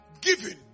Giving